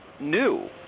new